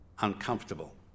uncomfortable